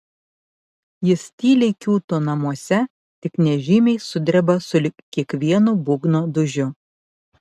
jis tyliai kiūto namuose tik nežymiai sudreba sulig kiekvienu būgno dūžiu